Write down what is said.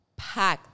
packed